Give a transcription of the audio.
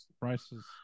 Prices